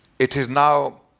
it is now